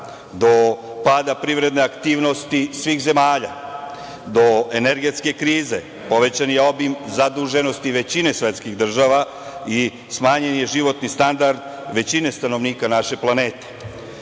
do pada privredne aktivnosti svih zemalja, do energetske krize, povećan je obim zaduženosti većine svetskih država i smanjen je životni standard većine stanovnika naše planete.